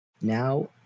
now